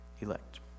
elect